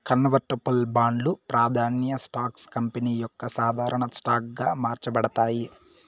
convertible బాండ్లు, ప్రాదాన్య stocks company యొక్క సాధారన స్టాక్ గా మార్చబడతాయి